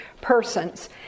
persons